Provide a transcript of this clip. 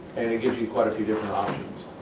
and gives you quite a few different options.